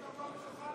קרעי,